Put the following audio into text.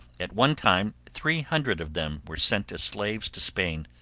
at one time three hundred of them were sent as slaves to spain.